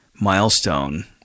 Milestone